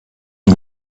you